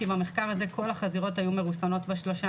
כי במחקר הזה כל החזירות היו מרוסנות בשלושה